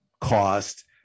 cost